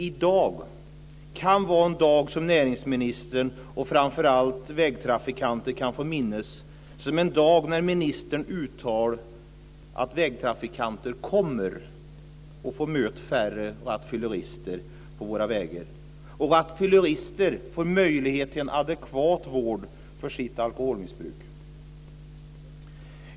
I dag kan vara en dag som näringsministern och, framför allt, vägtrafikanter kan få minnas som en dag när näringsministern uttalade att vägtrafikanter kommer att möta färre rattfyllerister på våra vägar och rattfyllerister får möjlighet till en adekvat vård för sitt alkoholmissbruk.